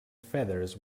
feathers